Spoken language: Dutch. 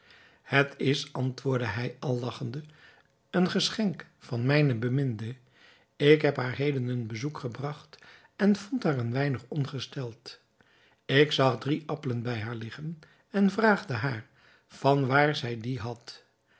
het is antwoordde hij al lagchende een geschenk van mijne beminde ik heb haar heden een bezoek gebragt en vond haar een weinig ongesteld ik zag drie appelen bij haar liggen en vraagde haar van waar zij die had